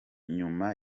nyuma